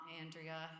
Andrea